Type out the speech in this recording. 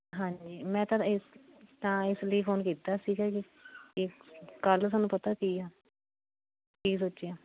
ਹਾਂਜੀ ਮੈਂ ਤਾਂ ਇਸ ਤਾਂ ਇਸ ਲਈ ਫੋਨ ਕੀਤਾ ਸੀਗਾ ਜੀ ਕਿ ਕੱਲ੍ਹ ਤੁਹਾਨੂੰ ਪਤਾ ਕੀ ਆ ਕੀ ਸੋਚਿਆ